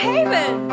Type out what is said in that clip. Haven